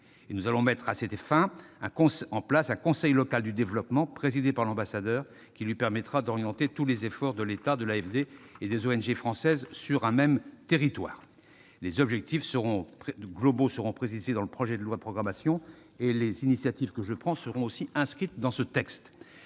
Nous allons mettre en place à cette fin un conseil local du développement présidé par l'ambassadeur qui lui permettra d'orienter tous les efforts- de l'État, de l'AFD et des ONG françaises -sur un même territoire. Très bien ! Les objectifs globaux seront précisés dans le projet de loi de programmation, et les initiatives que je prends seront aussi inscrites dans ce texte.